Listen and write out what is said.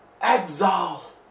exile